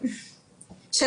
של